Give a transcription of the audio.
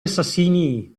assassinii